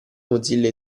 mozilla